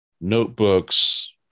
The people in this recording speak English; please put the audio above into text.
notebooks